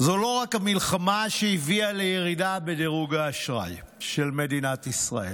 לא רק המלחמה היא שהביאה לירידה בדירוג האשראי של מדינת ישראל,